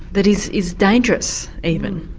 that is is dangerous even.